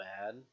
bad